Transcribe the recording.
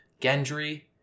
Gendry